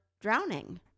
drowning